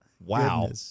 wow